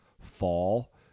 fall